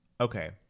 okay